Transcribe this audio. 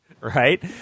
Right